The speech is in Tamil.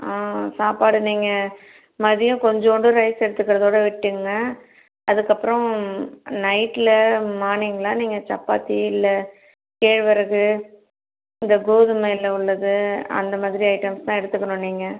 ஆ சாப்பாடு நீங்கள் மதியம் கொஞ்சோண்டு ரைஸ் எடுத்துக்கிறதோட விட்டுங்க அதுக்கப்புறம் நைட்டில் மார்னிங்லாம் நீங்கள் சப்பாத்தி இல்லை கேழ்வரகு இந்த கோதுமையில் உள்ளது அந்த மாதிரி ஐட்டம்ஸ் தான் எடுத்துக்கணும் நீங்கள்